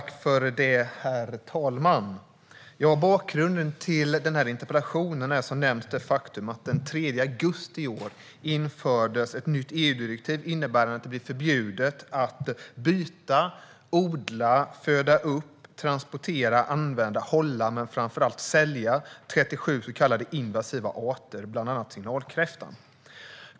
Herr talman! Bakgrunden till interpellationen är, som nämnt, det faktum att det den 3 augusti i år infördes ett nytt EU-direktiv, innebärande att det blir förbjudet att byta, odla, föda upp, transportera, använda, hålla och framför allt sälja 37 så kallade invasiva arter, bland annat signalkräfta.